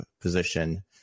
position